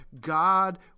God